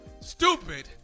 stupid